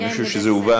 אני חושב שזה הובן.